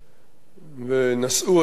ונשאו אותה בלבם,